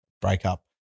breakup